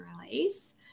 release